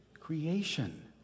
creation